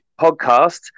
podcast